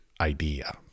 idea